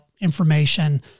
information